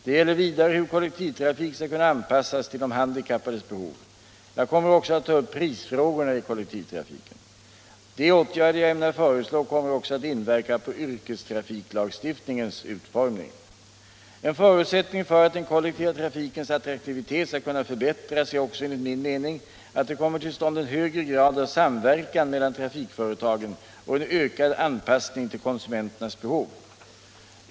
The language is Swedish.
Det gäller vidare hur kollektivtrafiken skall kunna anpassas till de handikappades behov. Jag kommer också att ta upp prisfrågorna i kollektivtrafiken. De åtgärder jag ämnar föreslå kommer också att inverka på yrkestrafiklagstiftningens utformning. En förutsättning för att den kollektiva trafikens attraktivitet skall kunna förbättras är också enligt min mening att det kommer till stånd en högre grad av samverkan mellan trafikföretagen och en ökad anpassning till konsumenternas behov.